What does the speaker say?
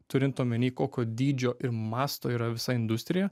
turint omenyj kokio dydžio ir masto yra visa industrija